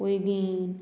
Poinguinim